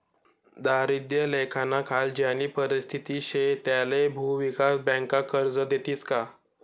दारिद्र्य रेषानाखाल ज्यानी परिस्थिती शे त्याले भुविकास बँका कर्ज देतीस का?